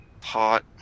Pot